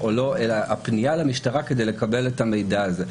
שהולכים להקלות לגבי מגזר שמלכתחילה יש לו עדיפות על פני מגזרים אחרים.